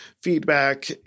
feedback